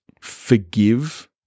forgive